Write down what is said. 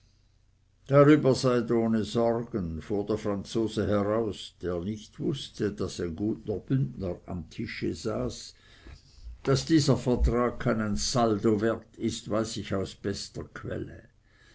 darüber seid ohne sorgen fuhr der franzose heraus der nicht wußte daß ein guter bündner am tische saß daß dieser vertrag keinen soldo wert ist weiß ich aus bester quelle